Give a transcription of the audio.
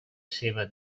seua